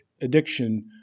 addiction